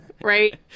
right